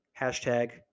Hashtag